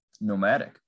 nomadic